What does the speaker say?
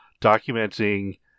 documenting